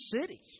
city